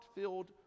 filled